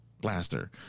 Blaster